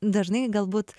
dažnai galbūt